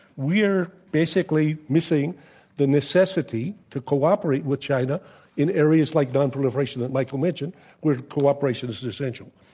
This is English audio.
we are basically missing the necessity to cooperate with china in areas like non-proliferation that michael mentioned where cooperation is and essential.